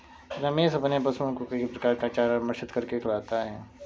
रमेश अपने पशुओं को कई प्रकार का चारा मिश्रित करके खिलाता है